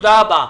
תודה רבה.